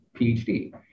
phd